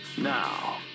Now